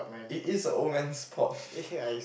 it is a old man sport